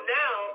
now